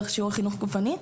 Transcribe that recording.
דרך שיעורי חינוך גופני.